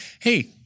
hey